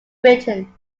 britain